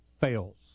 fails